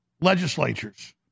legislatures